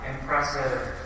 impressive